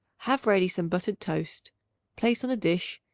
have ready some buttered toast place on a dish,